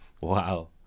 wow